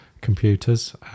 computers